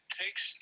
takes